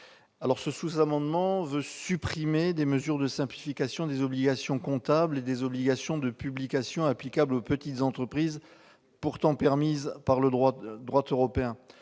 Le sous-amendement n° 16 tend à supprimer des mesures de simplification des obligations comptables et des obligations de publication applicables aux petites entreprises, pourtant permises par le droit européen.